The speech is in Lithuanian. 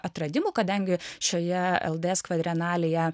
atradimų kadangi šioje lds kvadrenalėje